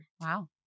Wow